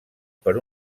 per